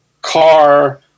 car